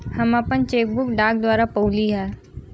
हम आपन cheque book डाक द्वारा पउली है